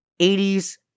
80s